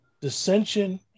dissension